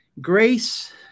Grace